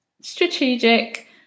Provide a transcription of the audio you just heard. strategic